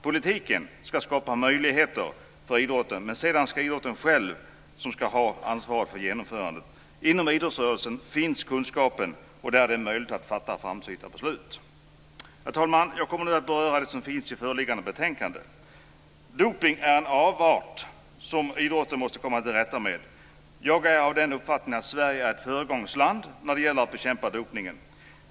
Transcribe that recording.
Politiken ska skapa möjligheter för idrotten, men det är idrotten själv som ska ha ansvaret för genomförandet. Inom idrottsrörelsen finns kunskapen, och där är det möjligt att fatta framsynta beslut. Fru talman! Jag kommer nu att beröra det som behandlas i föreliggande betänkande. Dopning är en avart som idrotten måste komma till rätta med. Jag har den uppfattningen att Sverige är ett föregångsland när det gäller att bekämpa dopningen.